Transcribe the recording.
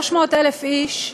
300,000 איש,